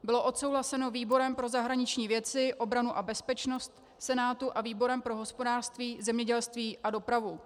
Byl odsouhlasen výborem pro zahraniční věci, obranu a bezpečnost Senátu a výborem pro hospodářství, zemědělství a dopravu.